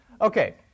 Okay